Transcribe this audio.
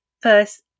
first